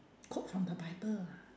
quote from the bible ah